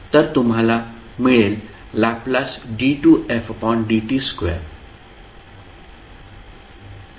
तर तुम्हाला मिळेल Ld2fdt2